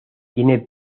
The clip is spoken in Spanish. tiene